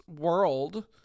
world